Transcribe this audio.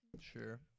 Sure